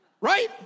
Right